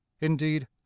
indeed